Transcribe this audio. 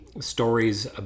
stories